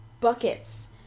buckets